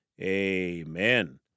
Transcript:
amen